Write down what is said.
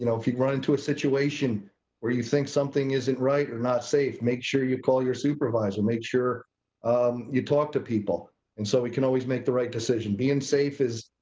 you know if you run into a situation where you think something isn't right or not safe, make sure you call your supervisor. make sure um you talk to people and so. we can always make the right decisions. being safe is,